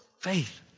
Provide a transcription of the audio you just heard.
faith